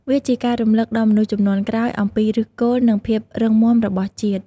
វាជាការរំលឹកដល់មនុស្សជំនាន់ក្រោយអំពីឫសគល់ និងភាពរឹងមាំរបស់ជាតិ។